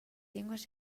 llengües